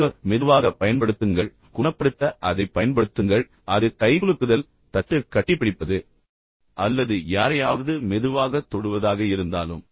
தொடுக மெதுவாகப் பயன்படுத்துங்கள் குணப்படுத்த அதைப் பயன்படுத்துங்கள் எனவே அது கைகுலுக்குதல் அல்லது தட்டு அல்லது கட்டிப்பிடிப்பது அல்லது யாரையாவது மெதுவாகத் தொடுவதாக இருந்தாலும்